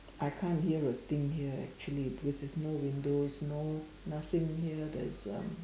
I can't hear a thing here actually because there's no windows no nothing here that's um